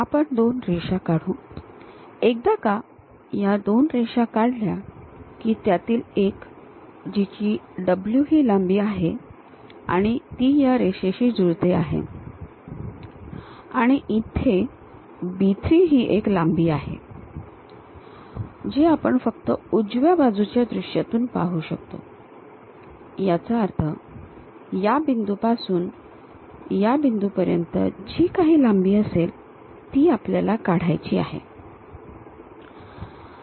आपण दोन रेषा काढू एकदा का या दोन रेषा काढल्या की त्यातील एक जिची W ही लांबी आहे आणि ती या रेषेशी जुळते आहे आणि इथे B 3 ही एक लांबी आहे जी आपण फक्त उजव्या बाजूच्या दृश्यातून पाहू शकतो याचा अर्थ या बिंदूपासून या बिंदूपर्यंत जी काही लांबी असेल ती आपल्याला काढायची आहे